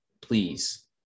Please